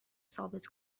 ثابت